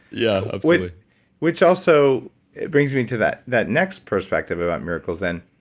yeah ah which which also brings me to that that next perspective about miracles then.